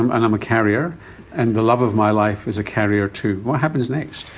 i'm and um a carrier and the love of my life is a carrier too, what happens next?